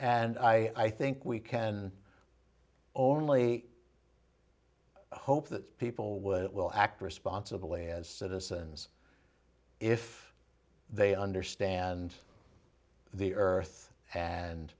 and i think we can only hope that people would will act responsibly as citizens if they understand the earth and